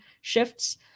shifts